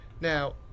Now